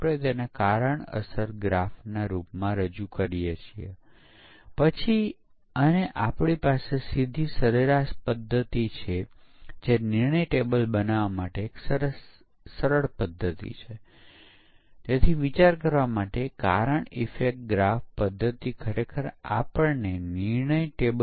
એકવાર કેટલાક પરીક્ષણના કેસો પસાર થઈ જાય અને આપણે સોફ્ટવેરમાં કંઈક બદલીએ છીએ તો આપણે જે પરીક્ષણ પાસ થયા છે તે ફરી જોવા પડશે કે હજી પણ સોફ્ટવેરના તે ભાગો બરાબર કામ કરી રહ્યા છે કે કેમ